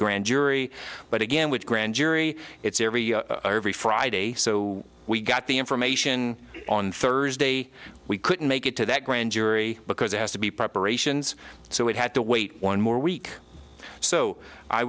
grand jury but again with grand jury it's every every friday so we got the information on thursday we couldn't make it to that grand jury because it has to be preparations so it had to wait one more week so i